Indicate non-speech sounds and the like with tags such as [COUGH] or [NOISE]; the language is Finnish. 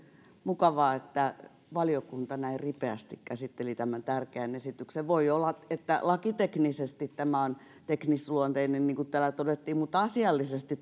mukavaa että valiokunta näin ripeästi käsitteli tämän tärkeän esityksen voi olla että lakiteknisesti tämä on teknisluonteinen niin kuin täällä todettiin mutta asiallisesti [UNINTELLIGIBLE]